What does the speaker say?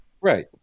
Right